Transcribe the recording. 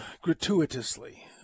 gratuitously